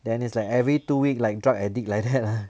then is like every two week like drug addict like that lah